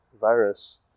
virus